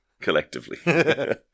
collectively